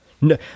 No